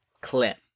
clip